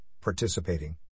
participating